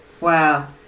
wow